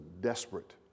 desperate